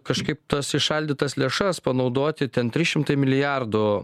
kažkaip tas įšaldytas lėšas panaudoti ten trys šimtai milijardų